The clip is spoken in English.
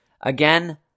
Again